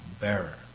bearer